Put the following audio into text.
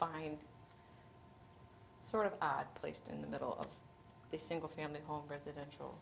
find sort of odd placed in the middle of the single family home residential